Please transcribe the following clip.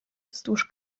wzdłuż